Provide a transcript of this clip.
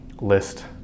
list